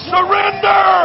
Surrender